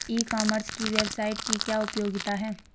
ई commerce की website की क्या उपयोगिता है?